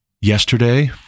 yesterday